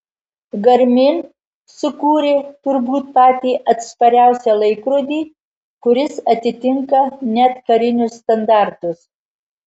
garmin sukūrė turbūt patį atspariausią laikrodį kuris atitinka net karinius standartus